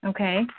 Okay